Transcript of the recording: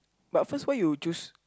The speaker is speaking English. but first why you choose